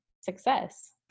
success